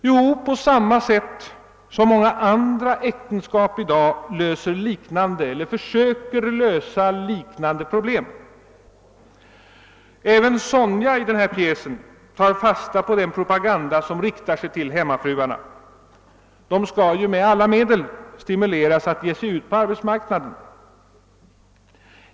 Jo, på samma sätt som man i många andra äktenskap i dag försöker lösa liknande problem. Även Sonja i denna pjäs tar fasta på den propaganda som riktar sig till hemmafruarna — de skall ju med alla medel stimuleras att ge sig ut på arbetsmarknaden.